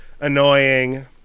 annoying